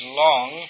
long